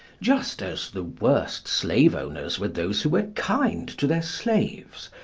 just as the worst slave-owners were those who were kind to their slaves,